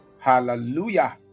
Hallelujah